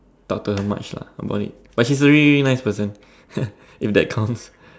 talk to her much lah about it but she's a really really really nice person if that counts